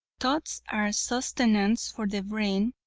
thoughts are sustenance for the brain,